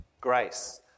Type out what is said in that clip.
grace